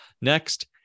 Next